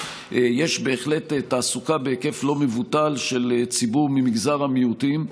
יש בהחלט תעסוקה בהיקף לא מבוטל של ציבור ממגזר המיעוטים,